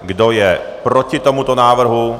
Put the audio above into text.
Kdo je proti tomuto návrhu?